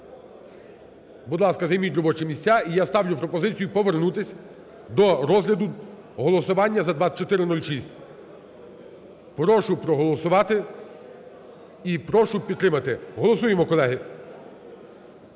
Будь ласка, займіть робочі місця, і я ставлю пропозицію повернутись до розгляду голосування за 2406. Прошу проголосувати і прошу підтримати. Голосуємо, колеги.